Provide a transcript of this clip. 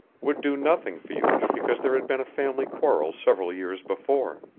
would do nothing for you because there had been a family quarrel several years before.